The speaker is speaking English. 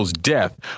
death